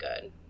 good